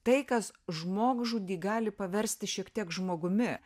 tai kas žmogžudį gali paversti šiek tiek žmogumi